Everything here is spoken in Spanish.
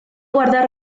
guarda